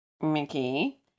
Mickey